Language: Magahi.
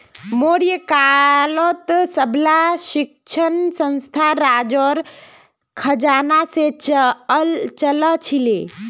मौर्य कालत सबला शिक्षणसंस्थान राजार खजाना से चलअ छीले